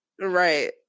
Right